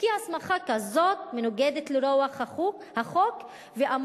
כי הסמכה כזאת מנוגדת לרוח החוק ואמורה